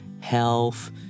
health